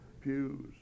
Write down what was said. pews